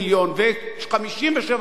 ו-57 מדינות,